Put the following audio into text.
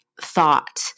thought